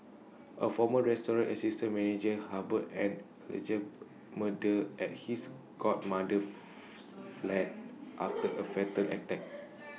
A former restaurant assistant manager harboured an alleged murder at his godmother's flat after A fatal attack